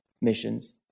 missions